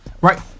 Right